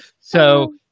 So-